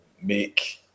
make